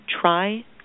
try